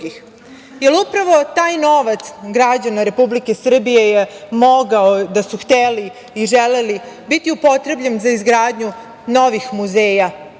Upravo je taj novac građana Republike Srbije je mogao da su hteli i želeli biti upotrebljen za izgradnju novih muzeja,